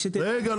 רגע.